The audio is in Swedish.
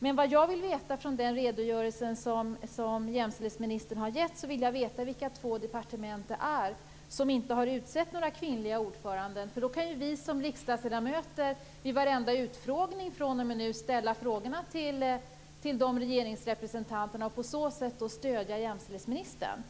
Det jag vill veta med anledning av den redogörelse som jämställdhetsministern har gett är vilka två departement det är som inte har utsett några kvinnliga ordförande. Då kan ju vi riksdagsledamöter i varenda utfrågning fr.o.m. nu ställa frågorna till de regeringsrepresentanterna och på så sätt stödja jämställdhetsministern.